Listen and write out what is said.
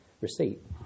receipt